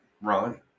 Ron